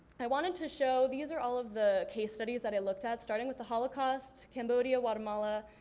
i wanted to show, these are all of the case studies that i looked at, starting with the holocaust, cambodian, guatemala,